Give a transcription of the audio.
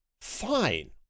fine